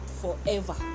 forever